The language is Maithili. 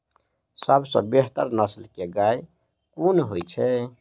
सबसँ बेहतर नस्ल केँ गाय केँ होइ छै?